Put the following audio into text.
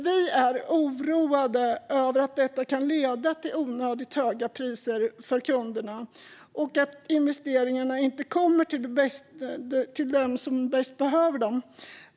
Vi är oroade över att detta kan leda till onödigt höga priser för kunderna och att investeringarna inte kommer dit där de bäst behövs.